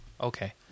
okay